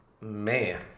Man